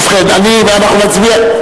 ובכן, אנחנו נצביע,